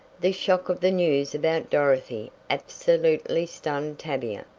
the shock of the news about dorothy absolutely stunned tavia.